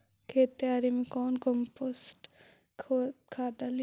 खेत तैयारी मे कौन कम्पोस्ट खाद डाली?